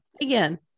Again